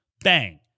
bang